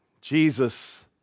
Jesus